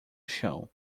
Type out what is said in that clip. chão